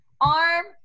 arm